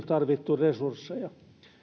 tarvittu resursseja